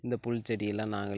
இந்தப் புல் செடியெல்லாம்